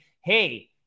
hey